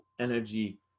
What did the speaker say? energy